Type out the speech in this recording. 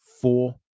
four